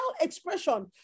expression